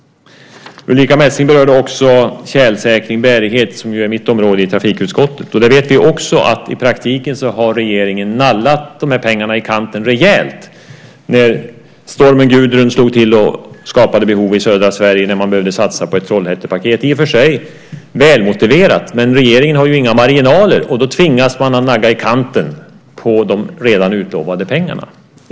Ulrica Messing berörde också tjälsäkring och bärighet, som är mitt område i trafikutskottet. Där vet vi också att regeringen i praktiken har naggat de här pengarna i kanten rejält. Stormen Gudrun slog till och skapade behov i södra Sverige, och man behövde satsa på ett Trollhättepaket - i och för sig välmotiverat, men regeringen har ju inga marginaler, och då tvingas man att nagga i kanten på de redan utlovade pengarna.